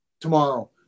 Tomorrow